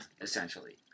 essentially